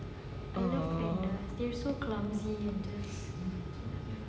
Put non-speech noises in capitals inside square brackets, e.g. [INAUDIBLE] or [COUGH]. [NOISE]